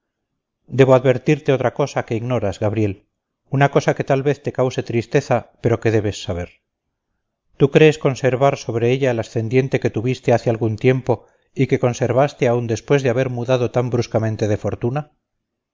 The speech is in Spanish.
debo advertirte otra cosa que ignoras gabriel una cosa que tal vez te cause tristeza pero que debes saber tú crees conservar sobre ella el ascendiente que tuviste hace algún tiempo y que conservaste aun después de haber mudado tan bruscamente de fortuna